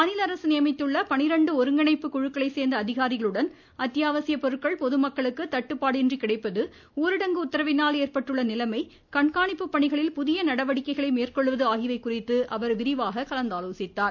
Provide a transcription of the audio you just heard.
மாநில அரசு நியமித்துள்ள ஒருங்கிணைப்புக் குழுக்களை சோ்ந்த அதிகாரிகளுடன் அத்யாவசிய பொருட்கள் பொதுமக்களுக்கு தட்டுப்பாடின்றி கிடைப்பது ஊரடங்கு உத்தரவினால் ஏற்பட்டுள்ள நிலைமை கண்காணிப்பு பணிகளில் புதிய நடவடிக்கைகளை மேற்கொள்வது ஆகியவை குறித்து விரிவாக கலந்து ஆலோசித்தார்